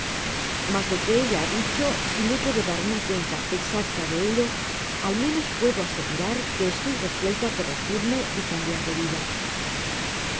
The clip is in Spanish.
mas lo que ella ha dicho si no puedo dar una cuenta exacta de ello al menos puedo asegurar que estoy resuelto á corregirme y cambiar de vida